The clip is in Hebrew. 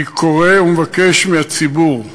אני קורא ומבקש מהציבור,